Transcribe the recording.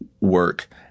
work